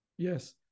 Yes